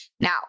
Now